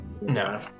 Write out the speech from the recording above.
No